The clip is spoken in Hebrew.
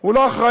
הוא לא אחראי.